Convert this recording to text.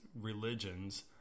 religions